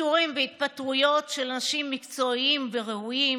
פיטורין והתפטרויות של אנשים מקצועיים וראויים,